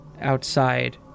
outside